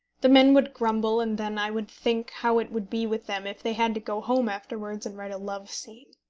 the men would grumble, and then i would think how it would be with them if they had to go home afterwards and write a love-scene.